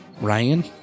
Ryan